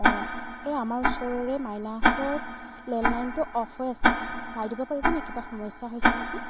অ' এই আমাৰ ওচৰৰে মাইনাহঁতৰ লেণ্ডলাইনটো অফ হৈ আছে চাই দিব পাৰিব নেকি কিবা সমস্যা হৈছে নেকি